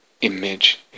image